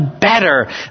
better